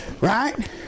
Right